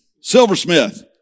silversmith